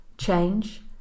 Change